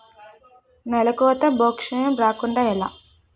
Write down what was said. నేలకోత భూక్షయం రాకుండ ఎలా?